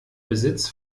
besitz